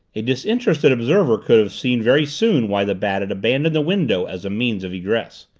a disinterested observer could have seen very soon why the bat had abandoned the window as a means of egress.